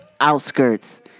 Outskirts